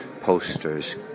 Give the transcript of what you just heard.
posters